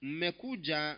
mekuja